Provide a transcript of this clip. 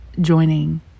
joining